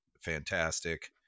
fantastic